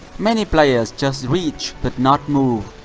many players just reach but not move.